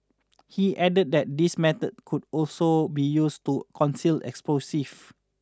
he added that these methods could also be used to conceal explosives